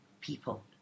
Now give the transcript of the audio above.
people